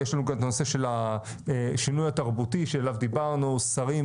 ויש לנו כאן את הנושא של השינוי התרבותי שעליו דיברנו שרים,